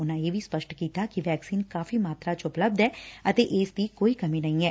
ਉਨਾਂ ਇਹ ਵੀ ਸਪੱਸ਼ਟ ਕੀਤਾ ਕਿ ਵੈਕਸੀਨ ਕਾਫ਼ੀ ਮਾਤਰਾ ਚ ਉਪਲਬੱਧ ਐ ਅਤੇ ਇਸ ਦੀ ਕੋਈ ਕਮੀ ਨਹੀਂ ਐ